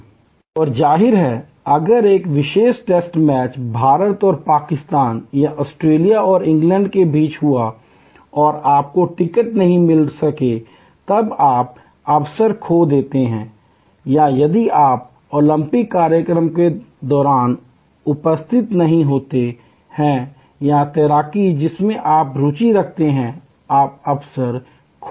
और जाहिर है अगर एक विशेष टेस्ट मैच भारत और पाकिस्तान या ऑस्ट्रेलिया और इंग्लैंड के बीच हुआ और आपको टिकट नहीं मिल सके तब आप अवसर खो देते हैं या यदि आप ओलंपिक कार्यक्रम के दौरान उपस्थित नहीं होते हैं या तैराकी जिसमें आप रुचि रखते हैं आप अवसर को खो देते है